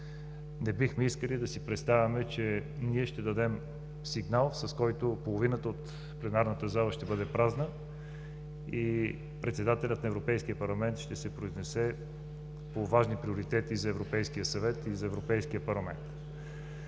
Не бихме искали да си представяме, че ще дадем сигнал, с който половината от пленарната зала ще бъде празна, а председателят на Европейския парламент ще се произнесе по важни приоритети за Европейския съвет и за Европейския парламент.